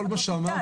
כל מה שאמרתי,